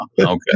Okay